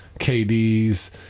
KD's